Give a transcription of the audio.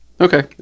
Okay